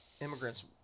immigrants